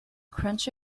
crunch